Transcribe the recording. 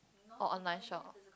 or online shop